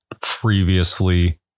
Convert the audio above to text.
previously